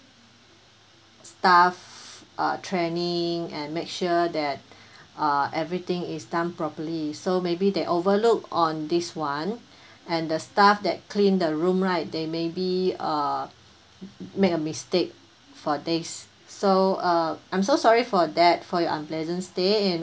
staff uh training and make sure that uh everything is done properly so maybe they overlook on this [one] and the staff that clean the room right they maybe uh make a mistake for this so uh I'm so sorry for that for your unpleasant stay and